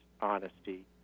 honesty